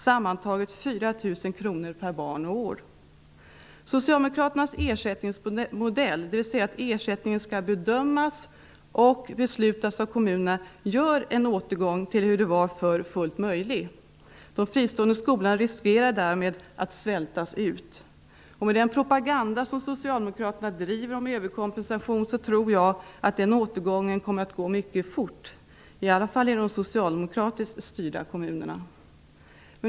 Sammantaget fick man 4 000 kr per barn och år. Socialdemokraternas ersättningsmodell, dvs. att ersättningen skall bedömas och beslutas av kommunerna, gör en återgång till hur det var förr fullt möjlig. De fristående skolorna riskerar därmed att svältas ut. Med den propaganda som Socialdemokraterna bedriver om överkompensation tror jag att återgången kommer att gå mycket fort, i alla fall i de socialdemokratiskt styrda kommunerna.